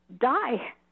die